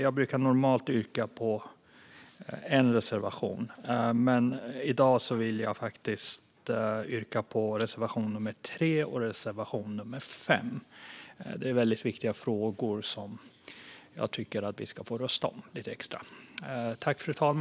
Jag brukar normalt yrka bifall till en reservation, men i dag vill jag faktiskt yrka bifall till två reservationer - reservation nummer 3 och reservation nummer 5. Det är väldigt viktiga frågor som jag tycker att vi ska få rösta om.